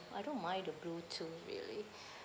I don't mind the blue too really